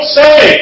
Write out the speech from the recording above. say